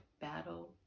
battle